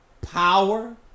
power